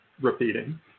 repeating